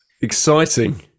Exciting